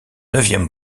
neuvième